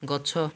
ଗଛ